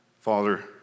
Father